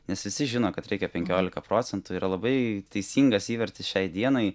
nes visi žino kad reikia penkiolika procentų yra labai teisingas įvertis šiai dienai